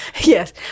Yes